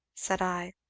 said i.